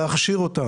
הכשרה.